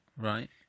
Right